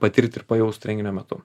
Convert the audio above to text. patirt ir pajaust renginio metu